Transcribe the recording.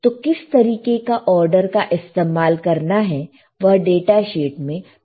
तो किस तरीके का आर्डर का इस्तेमाल करना है वह डाटा शीट में पहले ही बताया गया है